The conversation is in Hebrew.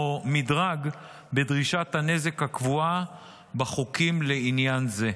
מדרג בדרישת הנזק הקבועה בחוקים לעניין זה.